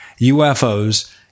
UFOs